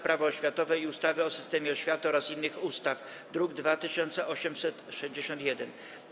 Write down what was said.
Prawo oświatowe i ustawy o systemie oświaty oraz innych ustaw, druk nr 2861.